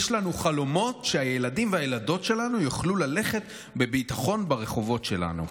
יש לנו חלומות שהילדים והילדות שלנו יוכלו ללכת בביטחון ברחובות שלנו.